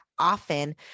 Often